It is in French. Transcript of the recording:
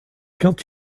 quand